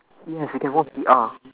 yes we can watch V_R